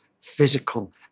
physical